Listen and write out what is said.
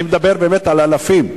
אני מדבר באמת על אלפים.